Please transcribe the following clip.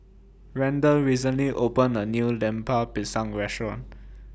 Randel recently opened A New Lemper Pisang Restaurant